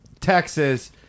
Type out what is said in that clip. Texas